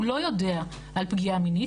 הוא לא יודע על פגיעה מינית,